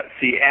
see